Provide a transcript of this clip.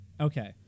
Okay